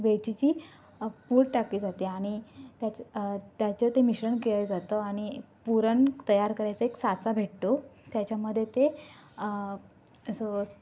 वेलचीची पूड टाकली जाते आणि त्याच त्याचं ते मिश्रण केलं जातं आणि पुरण तयार करायचं एक साचा भेटतो त्याच्यामध्ये ते असं